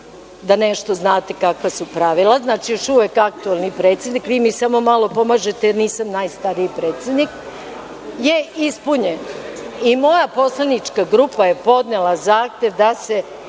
da nešto znate kakva su pravila, znači, još uvek aktuelni predsednik, vi mi samo malo pomažete jer nisam najstariji predsednik, je ispunjen. Moja poslanička grupa je podnela zahtev da se